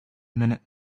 minute